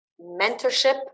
mentorship